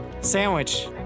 Sandwich